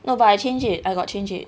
no but I change it I got change it